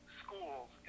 schools